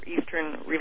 Eastern